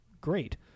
great